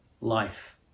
life